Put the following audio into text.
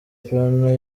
penal